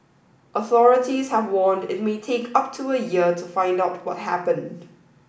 authorities have warned it may take up to a year to find out what happened